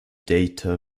data